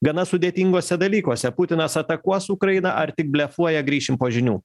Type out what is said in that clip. gana sudėtinguose dalykuose putinas atakuos ukrainą ar tik blefuoja grįšim po žinių